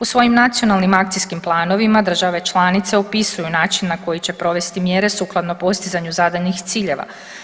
U svojim nacionalnim akcijskim planovima države članice opisuju način na koji će provesti mjere sukladno postizanju zadanih ciljeva.